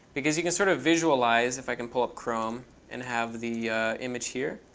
because you can sort of visualize if i can pull up chrome and have the image here,